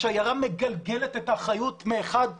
השיירה מגלגלת את האחריות מאחד לשני,